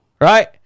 Right